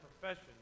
profession